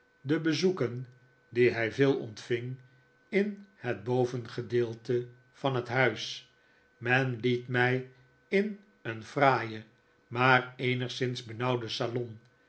de bezoeken die hij veel ontving in het bovengedeelte van het huis men liet mij in een fraaien maar eenigszins benauwden salon